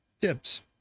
tips